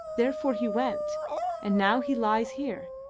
therefore he went and now he lies here.